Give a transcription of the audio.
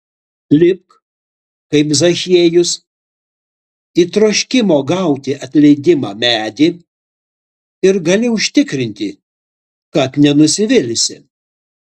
lipk kaip zachiejus į troškimo gauti atleidimą medį ir galiu užtikrinti kad nenusivilsi